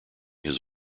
his